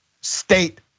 state